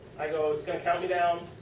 it is going to count me down.